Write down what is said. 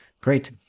Great